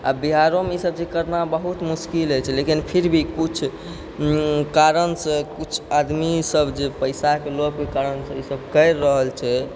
आब बिहारोमे ई सब चीज करना बहुत मुश्किल होइ छै लेकिन फिर भी किछु कारणसँ किछु आदमी सब जे पैसाके लोभके कारण ई सब करि रहल छै